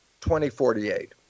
2048